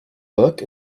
work